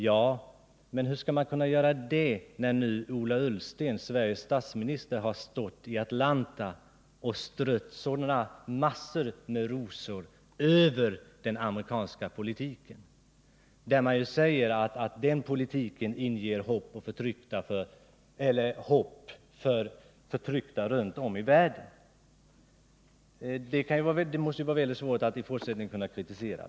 Ja, men hur skall man kunna göra det när nu Ola Ullsten, Sveriges statsminister, har stått i Atlanta och strött massor med rosor över den amerikanska politiken? Ola Ullsten sade ju att den amerikanska politiken inger hopp för förtryckta runt om i världen. Det måste då vara mycket svårt att kritisera i fortsättningen.